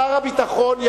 שר הביטחון ישיב.